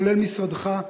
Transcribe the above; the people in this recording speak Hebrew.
כולל משרדך,